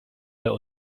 der